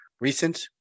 recent